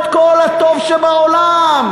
את כל הטוב שבעולם.